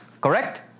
correct